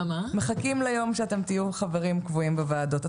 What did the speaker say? מחכים ליום שאתם תהיו חברים קבועים בוועדות.